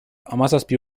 hamazazpi